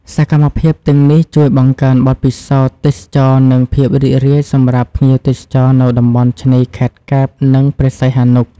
សកម្មភាពទាំងនេះជួយបង្កើនបទពិសោធន៍ទេសចរណ៍ និងភាពរីករាយសម្រាប់ភ្ញៀវទេសចរនៅតំបន់ឆ្នេរខេត្តកែប និងព្រះសីហនុ។